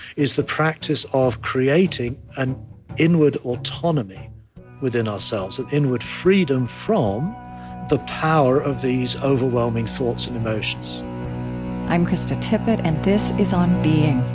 is the practice of creating an inward autonomy within ourselves, an inward freedom from the power of these overwhelming thoughts and emotions i'm krista tippett, and this is on being